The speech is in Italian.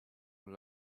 con